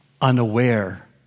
unaware